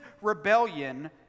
rebellion